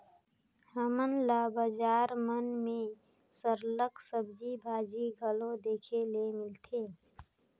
हमन ल बजार मन में सरलग सब्जी भाजी घलो देखे ले मिलथे